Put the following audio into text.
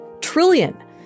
Trillion